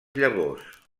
llavors